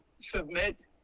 submit